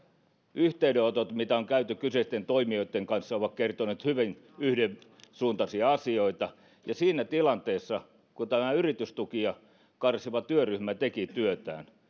yhteydenotot mitä on käyty kyseisten toimijoiden kanssa ovat kertoneet hyvin yhdensuuntaisia asioita ja siinä tilanteessa kun tämä yritystukia karsiva työryhmä teki työtään